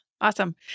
awesome